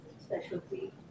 specialty